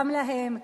גם להם,